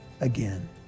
again